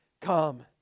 come